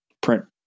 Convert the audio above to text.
print